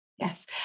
Yes